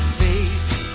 face